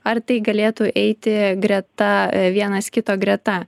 ar tai galėtų eiti greta vienas kito greta